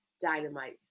Dynamite